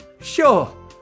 -"Sure